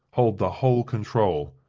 hold the whole control,